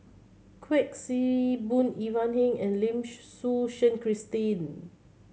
Kuik Swee Boon Ivan Heng and Lim Suchen Christine